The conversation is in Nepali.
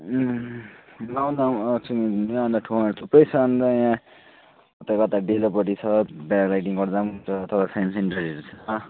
ठाउँहरू थुप्रै छ अन्त यहाँ उता डेलोपट्टि छ प्याराग्लाइडिङ गर्दा पनि हुन्छ साइन्स सेन्टरहरू छ